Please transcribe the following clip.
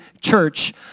church